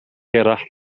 gerallt